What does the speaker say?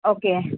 okay